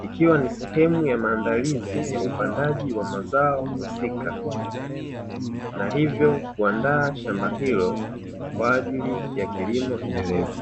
ikiwa ni sehemu ya maandalizi ya upandaji wa mazao husika na hivyo kuandaa shamba hilo kwa ajili ya kilimo endelevu.